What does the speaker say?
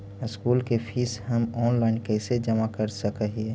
School के fees हम online कैसे जमा कर सक हिय?